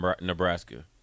nebraska